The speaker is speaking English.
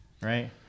Right